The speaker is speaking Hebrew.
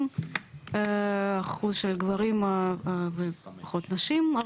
70% של גברים ופחות נשים,